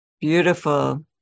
Beautiful